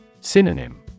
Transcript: Synonym